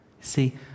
See